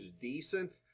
decent